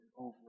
over